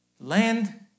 Land